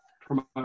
Promote